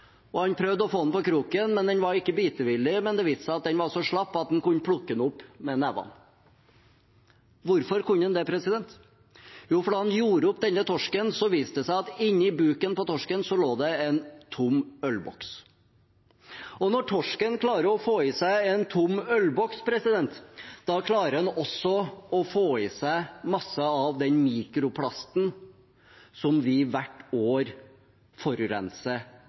Han prøvde å få den på kroken, men den var ikke bitevillig. Det viste seg at den var så slapp at han kunne plukke den opp med nevene. Hvorfor kunne han det? Jo, da han gjorde opp denne torsken, viste det seg at inni buken på torsken lå det en tom ølboks. Når torsken klarer å få i seg en tom ølboks, klarer den også å få i seg mye av den mikroplasten som vi hvert år forurenser